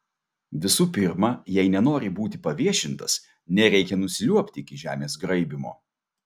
visų pirma jei nenori būti paviešintas nereikia nusiliuobti iki žemės graibymo